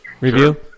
review